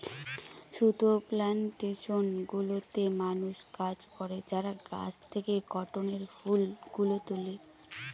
সুতা প্লানটেশন গুলোতে মানুষ কাজ করে যারা গাছ থেকে কটনের ফুল গুলো তুলে